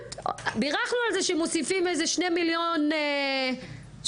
בירכנו על זה שמוסיפים איזה שני מיליון שקלים,